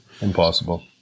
Impossible